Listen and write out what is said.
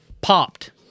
popped